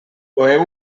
coeu